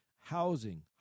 housing